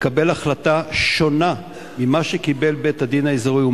ומקבל החלטה שונה ממה שקיבל בית-הדין האזורי,